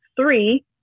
Three